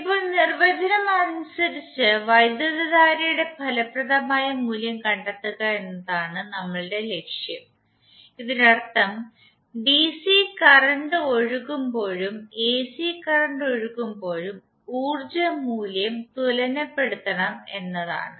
ഇപ്പോൾ നിർവചനം അനുസരിച്ച് വൈദ്യുതധാരയുടെ ഫലപ്രദമായ മൂല്യം കണ്ടെത്തുക എന്നതാണ് നമ്മുടെ ലക്ഷ്യം ഇതിനർത്ഥം ഡിസി കറന്റ് ഒഴുകുമ്പോഴും എസി കറന്റ് ഒഴുകുമ്പോഴും ഊർജ്ജ മൂല്യം തുലനപ്പെടുത്തണം എന്നാണ്